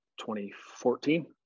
2014